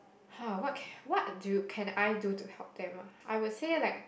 !huh! what can what do can I do to help them ah I will say like